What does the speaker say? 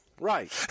Right